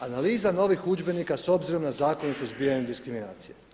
Analiza novih udžbenika s obzirom na zakonitost suzbijanja diskriminacije.